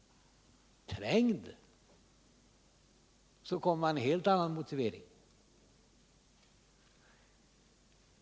Trängd kommer han med en helt annan motivering.